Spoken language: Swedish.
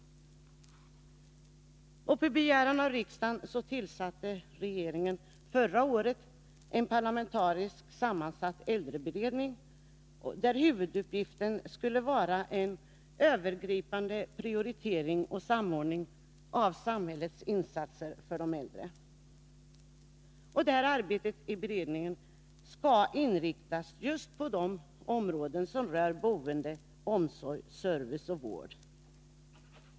På begäran av riksdagen tillsatte regeringen förra året en parlamentariskt sammansatt äldreberedning där huvuduppgiften skulle vara en övergripande prioritering och samordning av samhällets insatser för de äldre. Arbetet i beredningen skall inriktas just på de områden som rör boende, omsorg, service och vård.